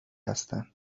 هستن